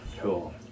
Cool